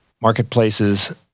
marketplaces